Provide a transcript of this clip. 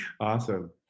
Awesome